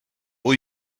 will